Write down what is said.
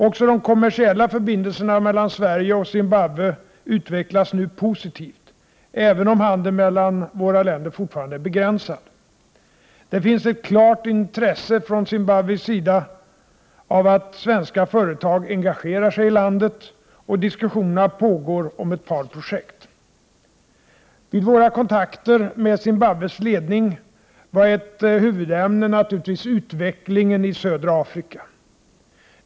Också de kommersiella förbindelserna mellan Sverige och Zimbabwe utvecklas nu positivt, även om handeln mellan våra länder fortfarande är begränsad. Det finns ett klart intresse från zimbabwisk sida av att svenska företag engagerar sig i landet, och diskussioner pågår om ett par projekt. Vid våra kontakter med Zimbabwes ledning var ett huvudämne naturligtvis utvecklingen i södra Afrika.